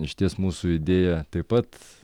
išties mūsų idėją taip pat